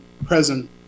Present